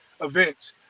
event